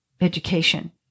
Education